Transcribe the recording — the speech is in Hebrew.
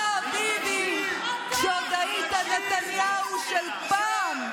אתה, ביבי, כשעוד היית נתניהו של פעם,